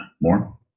more